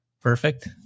Perfect